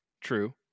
true